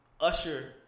usher